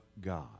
God